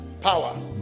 power